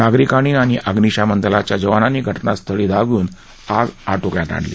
नागरीकांनी आणि अग्निशामक दलाच्या जवानांनी घटनास्थळी धाव घेऊन आग आटोक्यात आणली